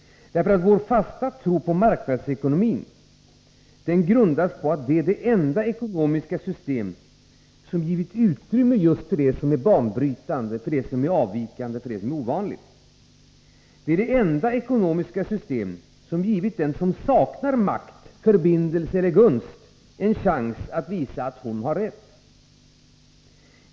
Vår fasta tro på marknadsekonomin grundas på att den är det enda ekonomiska system som har givit utrymme för det som är banbrytande, det som är avvikande och ovanligt. Marknadsekonomin är det enda ekonomiska system som givit den som saknar makt, förbindelser eller gunst en chans att visa att hon har rätt.